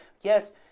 Yes